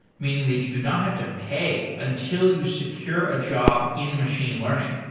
meaning that you do not have to pay until you secure a job in machine learning.